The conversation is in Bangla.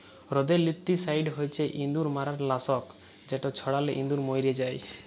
রোদেল্তিসাইড হছে ইঁদুর মারার লাসক যেট ছড়ালে ইঁদুর মইরে যায়